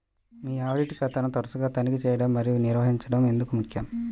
మీ audit ఖాతాను తరచుగా తనిఖీ చేయడం మరియు నిర్వహించడం ఎందుకు ముఖ్యం?